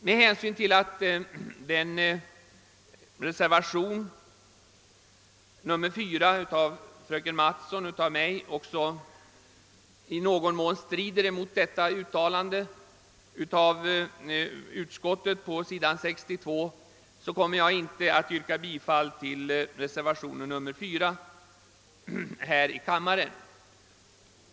Med hänsyn till att reservationen nr 4 av fröken Mattson och mig i någon mån strider mot utskottets uttalande på s. 62 kommer vi inte att yrka bifall till reservationen.